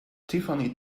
tiffany